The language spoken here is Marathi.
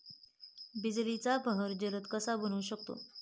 बिजलीचा बहर जलद कसा बनवू शकतो?